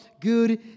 good